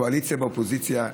קואליציה ואופוזיציה,